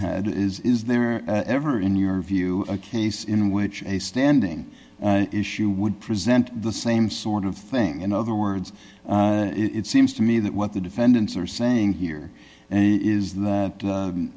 had is is there ever in your view a case in which a standing issue would present the same sort of thing in other words it seems to me that what the defendants are saying here is that